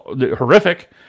horrific